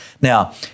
Now